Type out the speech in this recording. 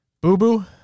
Boo-Boo